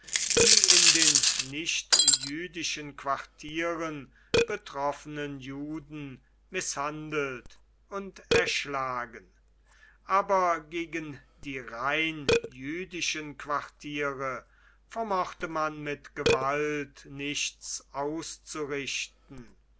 die in den nicht jüdischen quartieren betroffenen juden mißhandelt und erschlagen aber gegen die rein jüdischen quartiere vermochte man mit gewalt nichts auszurichten